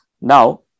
Now